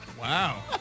Wow